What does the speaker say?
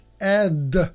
add